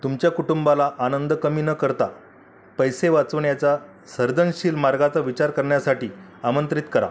तुमच्या कुटुंबाला आनंद कमी न करता पैसे वाचवण्याचा सर्जनशील मार्गांचा विचार करण्यासाठी आमंत्रित करा